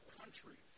country